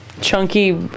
chunky